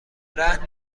رهن